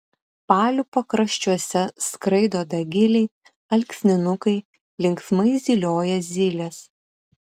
palių pakraščiuose skraido dagiliai alksninukai linksmai zylioja zylės